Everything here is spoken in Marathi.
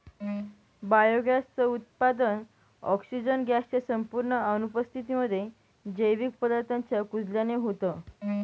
बायोगॅस च उत्पादन, ऑक्सिजन गॅस च्या संपूर्ण अनुपस्थितीमध्ये, जैविक पदार्थांच्या कुजल्याने होतं